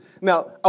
Now